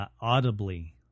audibly